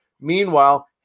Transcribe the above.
Meanwhile